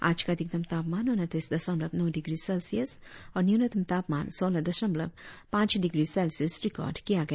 आज का अधिकतम तापमान उनतीस दशमलव नो डिग्री सेल्सियस और न्यूनतम तापमान सोलह दशमलव पांच डिग्री सेल्सियस रिकार्ड किया गया